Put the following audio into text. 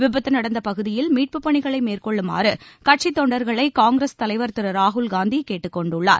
விபத்து நடந்த பகுதியில் மீட்பு பணிகளை மேற்கொள்ளுமாறு கட்சி தொண்டர்களை காங்கிரஸ் தலைவர் திரு ராகுல்காந்தி கேட்டுக்கொண்டுள்ளார்